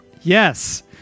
Yes